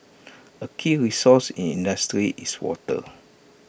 A key resource in industry is water